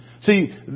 See